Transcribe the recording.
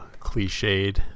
cliched